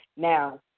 Now